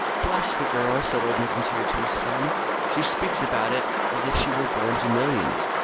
bless the girl! said old mcintyre to his son she speaks about it as if she were born to millions.